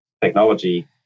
technology